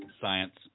Science